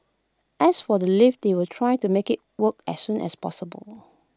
as for the lift they will try to make IT work as soon as possible